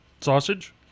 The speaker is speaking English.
Sausage